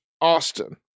Austin